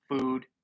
food